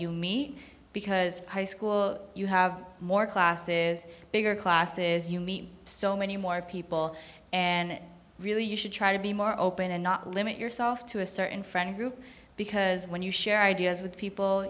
you meet because high school you have more classes bigger classes you meet so many more people and really you should try to be more open and not limit yourself to a certain friend group because when you share ideas with people